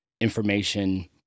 information